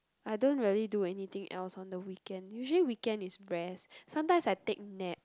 I don't really do anything else on the weekend usually weekend is rest sometimes I take nap